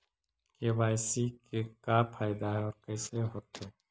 KYC से का फायदा है और कैसे होतै?